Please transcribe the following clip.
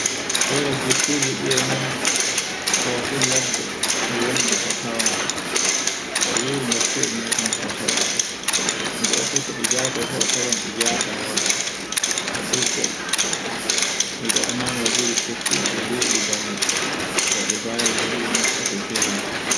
Eraji kuji ɗi e non wosin ladde ko wan defata e wori no kuyel mudum waddata. Ngoo fu to di njahta fuf atawai di njahta e ɗuggal, e gaɗanama e wuro tekkude e lie digam e bayayo to rowu to nokku to fewi.